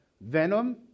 venom